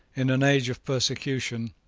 in an age of persecution,